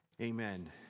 amen